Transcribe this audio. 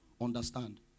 understand